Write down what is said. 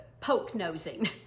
poke-nosing